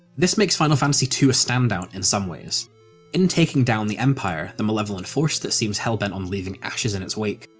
this makes final fantasy ii a stand-out, in some ways in taking down the empire, the malevolent force that seems hellbent on leaving ashes in its wake,